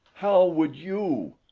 how would you?